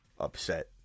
upset